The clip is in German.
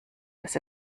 dass